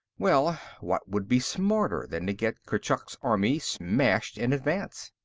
well, what would be smarter than to get kurchuk's army smashed in advance?